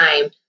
time